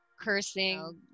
cursing